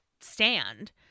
stand